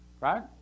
Right